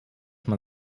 man